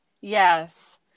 Yes